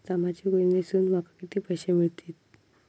सामाजिक योजनेसून माका किती पैशे मिळतीत?